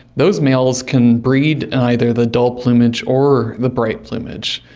those males can breed in either the dull plumage or the bright plumage,